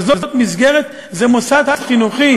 אבל זה מוסד חינוכי,